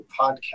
podcast